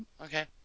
Okay